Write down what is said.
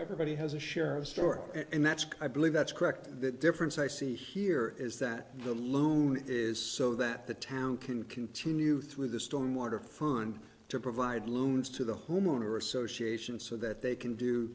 everybody has a share of store and that's i believe that's correct the difference i see here is that the loonie is so that the town can continue through the storm water fund to provide loans to the homeowner association so that they can do